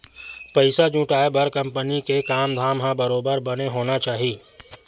पइसा जुटाय बर कंपनी के काम धाम ह बरोबर बने होना चाही